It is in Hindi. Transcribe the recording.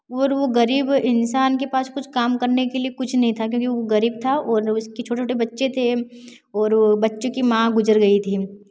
और वो गरीब इंसान के पास कुछ काम करने के लिए कुछ नहीं था क्योंकि वो गरीब था और उसके छोटे छोटे बच्चे थे और बच्चे की माँ गुजर गई थी